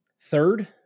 Third